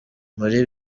muri